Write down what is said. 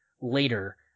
later